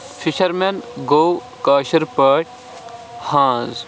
fisherman گوٚو کٲشِر پٲٹھۍ ہٲنز